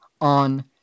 on